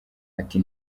ati